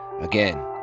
Again